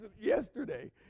yesterday